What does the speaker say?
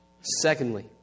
secondly